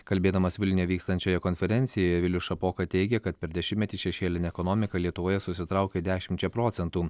kalbėdamas vilniuje vykstančioje konferencijoje vilius šapoka teigė kad per dešimtmetį šešėlinė ekonomika lietuvoje susitraukė dešimčia procentų